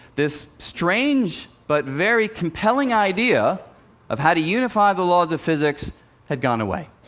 this strange but very compelling idea of how to unify the laws of physics had gone away.